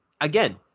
Again